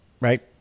right